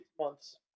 months